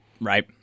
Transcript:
Right